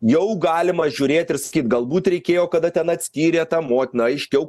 jau galima žiūrėt ir sakyt galbūt reikėjo kada ten atskyrė tą motiną aiškiau